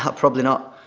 um probably not!